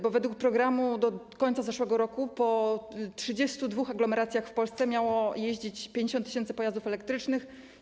Bo według programu do końca zeszłego roku po 32 aglomeracjach w Polsce miało jeździć 50 tys. pojazdów elektrycznych.